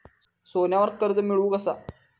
सोन्यावर कर्ज मिळवू कसा?